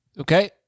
Okay